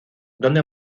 donde